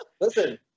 Listen